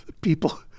People